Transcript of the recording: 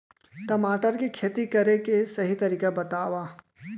टमाटर की खेती करे के सही तरीका बतावा?